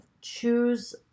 Choose